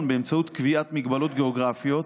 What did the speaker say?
באמצעות קביעת מגבלות גיאוגרפיות,